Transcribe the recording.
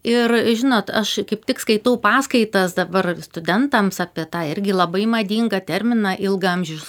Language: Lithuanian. ir žinot aš kaip tik skaitau paskaitas dabar studentams apie tą irgi labai madingą terminą ilgaamžiš